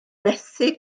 methu